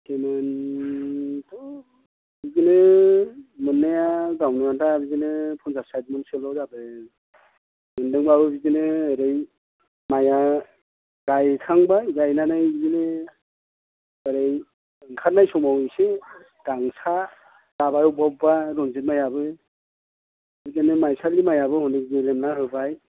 सेमोनथ' बिदिनो मोननाया गावनो आनथा बिदिनो फनसास सात म'नसोल' जादों मोनदोंबाबो बिदिनो ओरै माइआ गायखांबाय गायनानै बिदिनो ओरै ओंखारनाय समाव एसे गांसा जाबाय बबेबा बबेबा रनजित माइआबो बिदिनो माइसानि माइयाबो अनेक गेरेमना होबाय